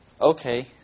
okay